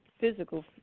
Physical